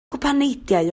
gwpaneidiau